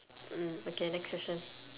mm okay next question